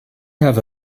have